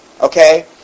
Okay